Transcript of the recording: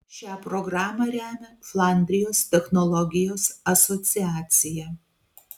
šią programą remia flandrijos technologijos asociacija